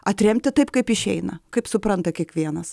atremti taip kaip išeina kaip supranta kiekvienas